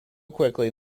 quickly